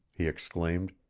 he exclaimed.